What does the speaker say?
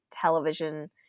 television